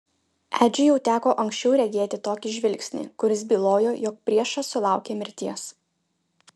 edžiui jau teko anksčiau regėti tokį žvilgsnį kuris bylojo jog priešas sulaukė mirties